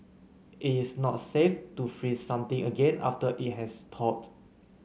it is not safe to freeze something again after it has thawed